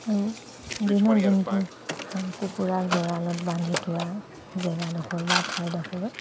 আৰু দিনৰ দিনটো হাঁহ কুকুৰা গঁৰালত বান্ধি থোৱা জেগাডোখৰ বা ঠাইডোখৰ